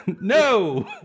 No